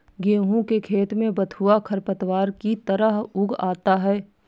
गेहूँ के खेत में बथुआ खरपतवार की तरह उग आता है